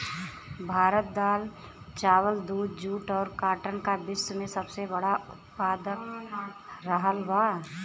भारत दाल चावल दूध जूट और काटन का विश्व में सबसे बड़ा उतपादक रहल बा